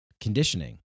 conditioning